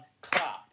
clap